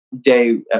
day